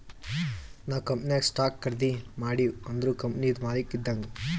ನಾವ್ ಕಂಪನಿನಾಗ್ ಸ್ಟಾಕ್ ಖರ್ದಿ ಮಾಡಿವ್ ಅಂದುರ್ ಕಂಪನಿದು ಮಾಲಕ್ ಇದ್ದಂಗ್